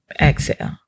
exhale